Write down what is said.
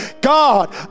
God